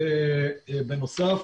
בנוסף,